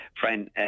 friend